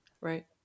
Right